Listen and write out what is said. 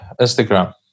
Instagram